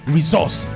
Resource